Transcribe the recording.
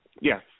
Yes